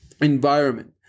environment